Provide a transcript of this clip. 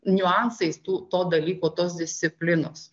niuansais tų to dalyko tos disciplinos